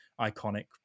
iconic